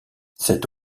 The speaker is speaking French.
cette